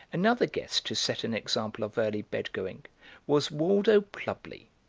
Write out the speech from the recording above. another guest to set an example of early bed-going was waldo plubley,